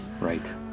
right